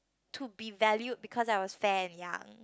to be valued because I was fair and young